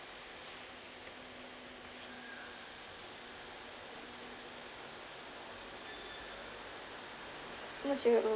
what's your bub~